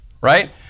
right